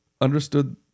understood